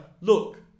look